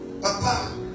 Papa